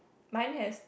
mine has